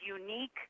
unique